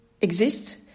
exists